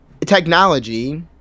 technology